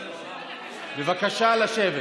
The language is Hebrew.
בבקשה, לשבת.